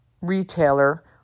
retailer